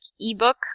ebook